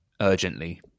urgently